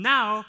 Now